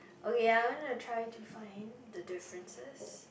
okay I wanted to try to find the differences